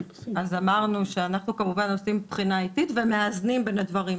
אז אמרנו שאנחנו כמובן עושים בחינה איטית ומאזנים בין הדברים.